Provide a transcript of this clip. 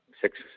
six